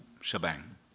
shebang